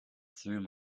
through